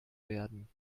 werden